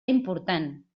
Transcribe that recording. important